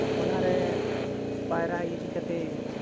ᱚᱱᱟᱨᱮ ᱯᱟᱭᱨᱟ ᱤᱫᱤ ᱠᱟᱛᱮᱜ